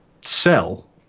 sell